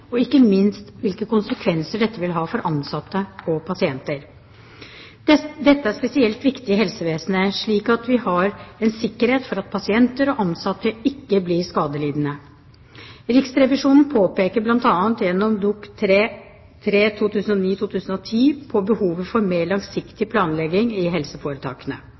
og ikke minst med hvilke konsekvenser dette vil ha for ansatte og pasienter. Dette er spesielt viktig i helsevesenet, slik at vi har en sikkerhet for at pasienter og ansatte ikke blir skadelidende. Riksrevisjonen påpeker bl.a. gjennom Dokument 3:3 for 2009–2010 på behovet for en mer langsiktig planlegging i helseforetakene.